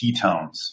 ketones